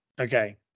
Okay